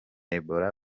ebola